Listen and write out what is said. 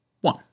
one